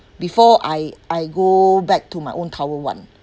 before I I go back to my own tower one